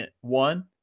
one